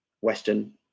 Western